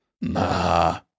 Nah